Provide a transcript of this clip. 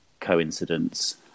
coincidence